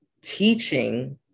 teaching